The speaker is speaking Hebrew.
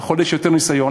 לחולה יש יותר ניסיון.